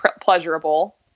pleasurable